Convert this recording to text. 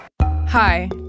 Hi